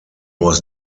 was